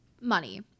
money